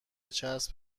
چسب